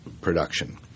production